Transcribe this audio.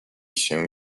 się